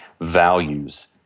values